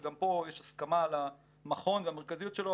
וגם פה יש הסכמה על המכון והמרכזיות שלו,